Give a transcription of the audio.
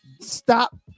stop